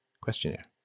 Questionnaire